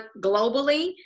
globally